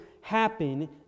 happen